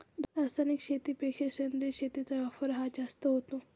रासायनिक शेतीपेक्षा सेंद्रिय शेतीचा वापर हा जास्त होतो